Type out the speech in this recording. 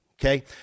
okay